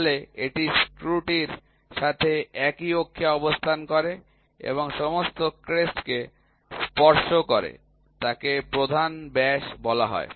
তাহলে এটি স্ক্রুটির সাথে একই অক্ষে অবস্থান করে এবং সমস্ত ক্রেস্ট কে স্পর্শ করে তাকে প্রধান ব্যাস বলা হয়